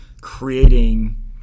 creating